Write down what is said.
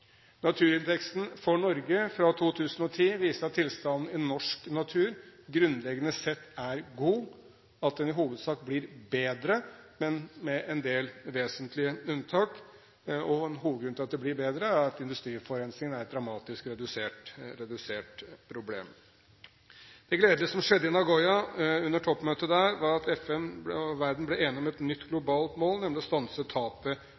for Norge fra 2010 viser at tilstanden i norsk natur grunnleggende sett er god, at den i hovedsak blir bedre, men med en del vesentlige unntak. En hovedgrunn til at den blir bedre, er at industriforurensningen er et dramatisk redusert problem. Det gledelige som skjedde i Nagoya under toppmøtet, var at FN og verden ble enige om et nytt globalt mål, nemlig å stanse tapet